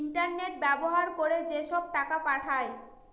internet ব্যবহার করে যেসব টাকা পাঠায়